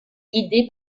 guidé